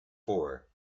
four